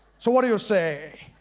so, what do you say?